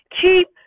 keep